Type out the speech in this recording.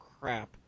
crap